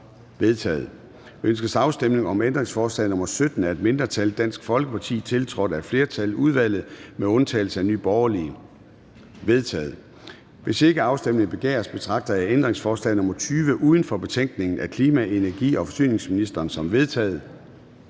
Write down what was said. vedtaget. Ønskes afstemning om ændringsforslag nr. 17 af et mindretal (DF), tiltrådt af et flertal (udvalget med undtagelse af NB)? Det er vedtaget. Hvis ikke afstemning begæres, betragter jeg ændringsforslag nr. 20, uden for betænkningen af klima-, energi- og forsyningsministeren, som vedtaget.